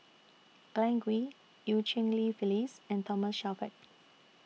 Glen Goei EU Cheng Li Phyllis and Thomas Shelford